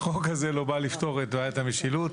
החוק הזה לא בא לפתור את בעיית המשילות,